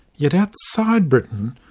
yet outside britain,